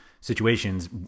situations